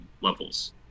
levels